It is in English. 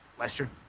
lester?